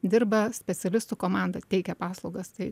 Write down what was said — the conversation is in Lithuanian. dirba specialistų komanda teikia paslaugas tai